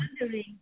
wondering